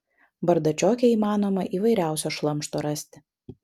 bardačioke įmanoma įvairiausio šlamšto rasti